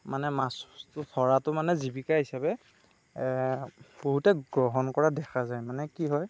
মানে মাছ ধৰাটো মানে জীৱিকা হিচাপে বহুতে গ্ৰহণ কৰা দেখা যায় মানে কি হয়